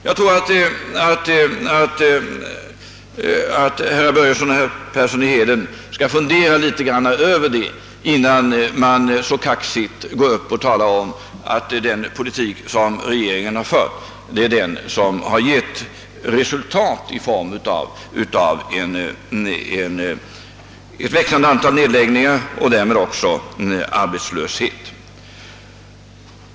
Jag tror att herr Börjesson i Falköping och herr Persson i Heden bör fundera litet grand över detta, innan de så kaxigt går upp och talar om att den politik som regeringen fört resulterat i ett växande antal nedläggningar och därmed också arbetslöshet.